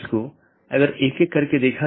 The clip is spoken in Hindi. इसलिए पथ को परिभाषित करना होगा